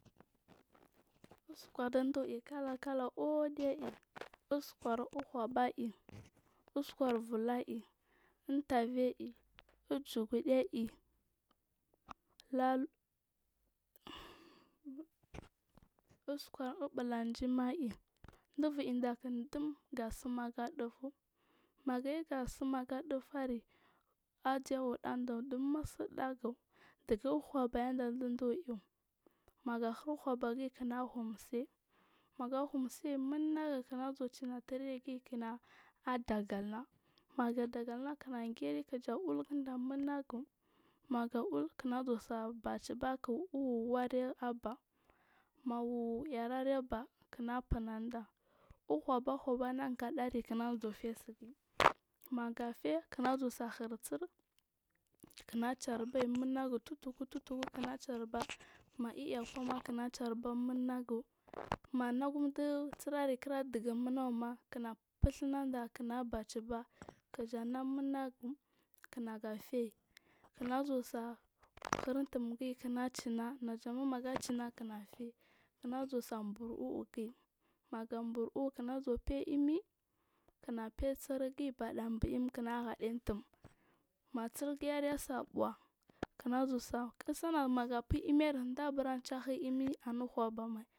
uskur dibur ikala kala udi i uskur uhubai, uskur bulai intervi i, ujugudi i, lat uskur u bulagimai, dubur indak dum da sim aga dufu magayu gasim aga dufuri azay wuda dum di musdagu, digu uhuba yanda dubur iaw maga lur uhubagi kir a humsai maga humsai munagu kinazuwa cinabregi kina adagaha maga dadala kinageri kija ulginda munagu maga ul kinazuwa sai bacibak wulu wari abaa ma wuwuri abaa ga funada uhu uba uhubar kinazuwa fey sigin magafe kinazuwa hir tsir kina chanbaiy munagu tutku tutku kina chalba ma kinkwama kinachalba munagu manage disir ari kira munauma kina fusimanda kina baciba kijana munagu kinaga feiyi kimazusa hir untungi kina china najama magachina kinafe kinazuwa sai bur wugiyi maga bur u’u kinazuwa feiy imi kinafe iy tsirgi bada bim kina hade ya untum ma tsirgiyi are sai bumhi kinazusa kisani magafu imirida bura chahu imi anu uhubamai.